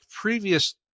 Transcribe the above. previous